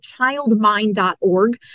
childmind.org